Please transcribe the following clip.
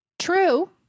True